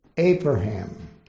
Abraham